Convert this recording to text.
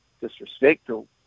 disrespectful